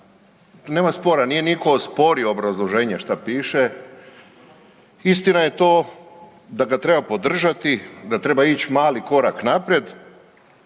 nema spora, nije nitko osporio obrazloženje, šta piše, istina je to da ga treba podržati, da treba ići mali korak naprijed,